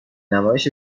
نمایش